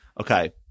Okay